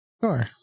Sure